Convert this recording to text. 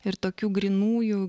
ir tokių grynųjų